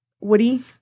Woody